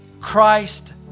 Christ